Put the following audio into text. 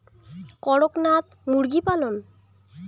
করকনাথ মুরগি পালন?